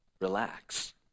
Relax